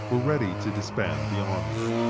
were ready to disband the army.